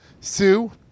Sue